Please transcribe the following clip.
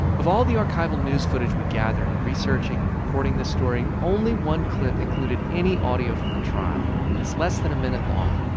of all the archival news footage we gathered in researching and reporting this story, only one clip included any audio from the trial. and it's less than a minute long.